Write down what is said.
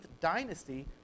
dynasty